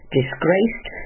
Disgraced